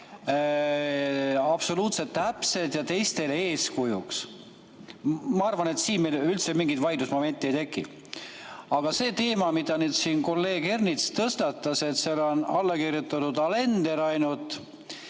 absoluutselt täpsed ja teistele eeskujuks. Ma arvan, et siin meil üldse mingit vaidlusmomenti ei teki. Aga see teema, mille kolleeg Ernits tõstatas, et alla on kirjutatud ainult